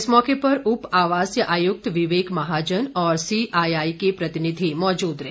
इस मौके उप आवासीय आयुक्त विवेक महाजन और सीआईआई के प्रतिनिधि मौजूद रहे